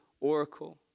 oracle